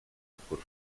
opór